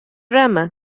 rama